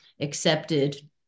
accepted